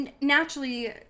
naturally